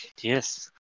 Yes